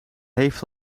heeft